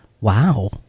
wow